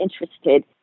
interested